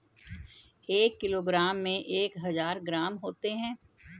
एक किलोग्राम में एक हजार ग्राम होते हैं